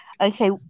Okay